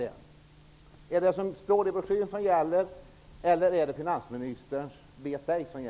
Gäller det som står i broschyren, eller är det finansministerns ''vet ej''